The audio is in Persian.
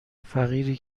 فقیری